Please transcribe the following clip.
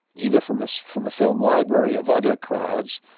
either from ah so from a film library of other crowds,